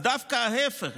אז דווקא ההפך,